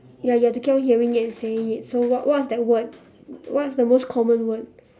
ya you have to keep on hearing it and saying it so what what what's that word what's the most common word